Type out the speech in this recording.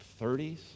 30s